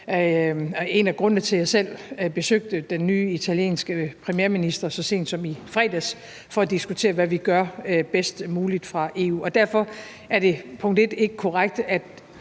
en af grundene til, at jeg selv besøgte den nye italienske premierminister så sent som i fredags. Det var for at diskutere, hvad vi gør bedst muligt i EU, og derfor er det ikke korrekt,